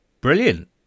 brilliant